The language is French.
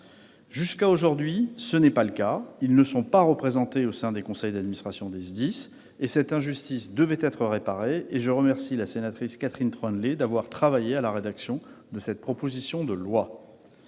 Jusqu'à aujourd'hui, ce n'est pas le cas : ils ne sont pas représentés au sein des conseils d'administration des SDIS. Cette injustice devait être réparée ; je remercie la sénatrice Catherine Troendlé d'avoir travaillé à la rédaction de cette proposition de loi.